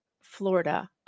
Florida